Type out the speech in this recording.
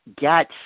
get